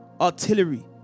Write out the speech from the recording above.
artillery